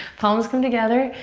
palms come together.